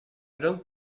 don’t